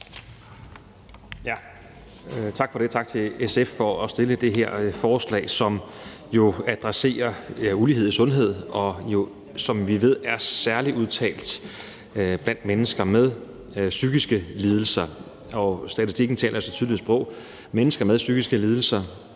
Tak for det. Og tak til SF for at fremsætte det her forslag, som adresserer ulighed i sundhed, som vi ved er særlig udtalt blandt mennesker med psykiske lidelser. Og statistikken taler sit tydelige sprog: Mennesker med psykiske lidelser